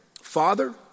Father